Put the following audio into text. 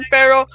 Pero